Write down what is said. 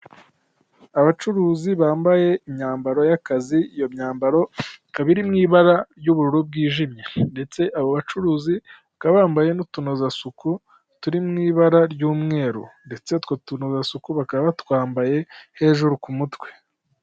Abacuruzi bambaye imyambaro y'akazi iyo myambaro ikaba iri mu ibara ry'ubururu bwijimye ndetse abo bacuruzi bakaba bambaye n'utunozasuku turi mu ibara ry'umweru ndetse utwo tunozasuku bakaba batwambaye hejuru ku mutwe.